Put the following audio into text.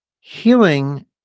healing